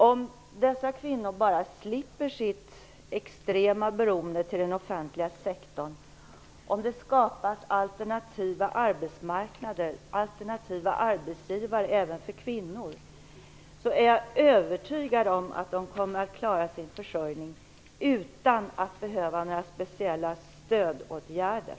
Om dessa kvinnor bara slipper sitt extrema beroende av den offentliga sektorn och om det skapas alternativa arbetsmarknader och arbetsgivare även för kvinnor, är jag övertygad om att kvinnorna kommer att klara sin försörjning utan att behöva några speciella stödåtgärder.